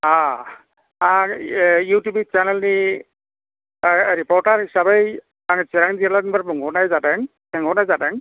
अ आं इउ T V चेनेलनि रिप'रटार हिसाबै आं चिरां जिललानिफ्राय बुंहरनाय जादों सोंहरनाय जादों